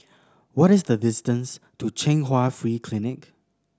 what is the distance to Chung Hwa Free Clinic